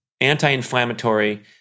anti-inflammatory